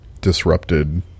disrupted